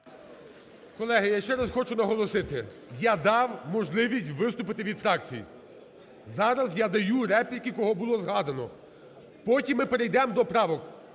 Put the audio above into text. Колеги, я ще раз хочу наголосити, я дав можливість виступити від фракцій, зараз я даю репліки кого було згадано, потім ми перейдемо до правок,